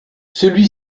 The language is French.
celui